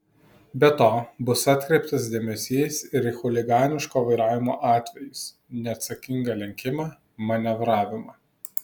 be to bus atkreiptas dėmesys ir į chuliganiško vairavimo atvejus neatsakingą lenkimą manevravimą